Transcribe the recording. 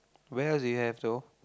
where else do you have though